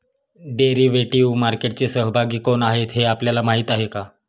Derivative मार्केटचे सहभागी कोण आहेत हे आपल्याला माहित आहे का?